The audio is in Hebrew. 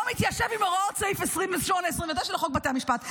לא מתיישב עם הוראות סעיף 29-28 לחוק בתי המשפט.